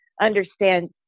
understand